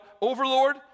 overlord